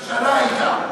מי שיושב בממשלה אתם.